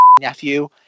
nephew